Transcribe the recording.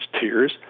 tears